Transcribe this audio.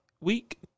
week